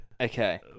okay